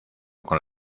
con